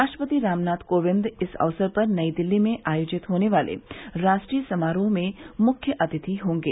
राष्ट्रपति रामनाथ कोविंद इस अवसर पर नई दिल्ली में आयोजित होने वाले राष्ट्रीय समारोह में मुख्य अतिथि होंगे